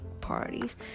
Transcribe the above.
parties